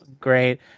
great